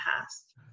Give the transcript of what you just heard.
past